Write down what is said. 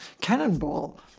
cannonball